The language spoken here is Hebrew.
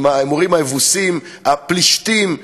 עם האמורים, היבוסים, הפלישתים,